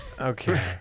Okay